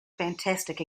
fantastic